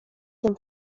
tym